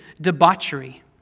debauchery